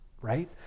right